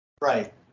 right